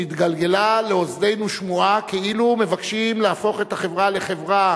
התגלגלה לאוזנינו שמועה כאילו מבקשים להפוך את החברה לחברה